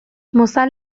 mozal